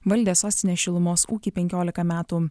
valdė sostinės šilumos ūkį penkiolika metų